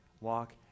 Walk